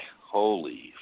Holy